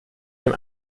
dem